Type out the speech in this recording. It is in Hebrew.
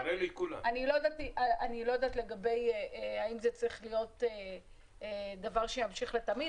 אני לא יודעת האם זה צריך להיות דבר שימשיך לתמיד,